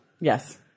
Yes